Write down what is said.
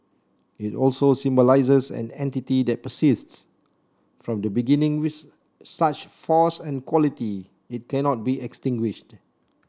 it also symbolises an entity that persists from the beginning with such force and quality it cannot be extinguished